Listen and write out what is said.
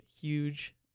huge